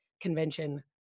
convention